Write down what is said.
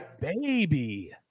baby